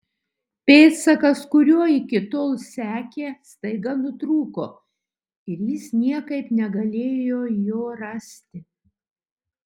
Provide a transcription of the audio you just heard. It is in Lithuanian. pėdsakas kuriuo iki tol sekė staiga nutrūko ir jis niekaip negalėjo jo rasti